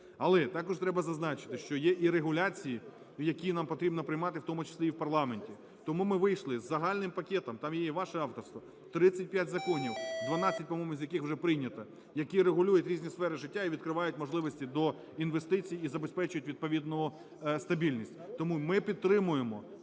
Але також треба зазначити, що є і регуляції, які нам потрібно приймати, в тому числі і в парламенті. Тому ми вийшли з загальним пакетом, там є і ваше авторство, 35 законів, 12, по-моєму, з яких вже прийнято, які регулюють різні сфери життя і відкривають можливості до інвестицій, і забезпечують відповідну стабільність. Тому ми підтримуємо,